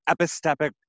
epistemic